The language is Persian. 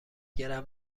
گرم